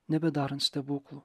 nebedarant stebuklų